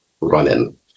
running